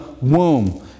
womb